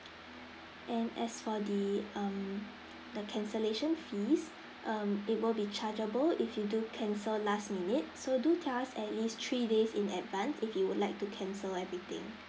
and as for the um the cancellation fees um it will be chargeable if you do cancel last minute so do tell us at least three days in advance if you would like to cancel everything